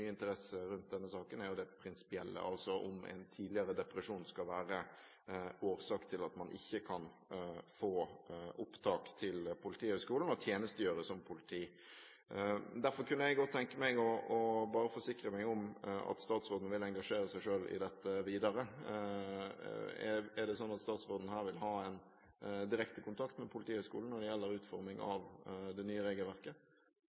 det prinsipielle – altså om en tidligere depresjon skal være årsak til at man ikke kan bli opptatt ved Politihøgskolen og tjenestegjøre som politi. Derfor kunne jeg godt tenke meg bare å forsikre meg om at statsråden vil engasjere seg i dette videre. Er det sånn at statsråden vil ha direkte kontakt med Politihøgskolen når det gjelder utforming av det nye regelverket?